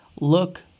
look